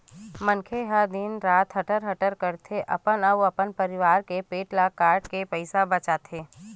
मनखे ह दिन रात हटर हटर कमाथे, अपन अउ अपन परवार के पेट ल काटके पइसा बचाथे